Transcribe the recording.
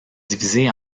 divisé